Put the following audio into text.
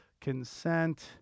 consent